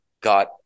got